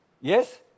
Yes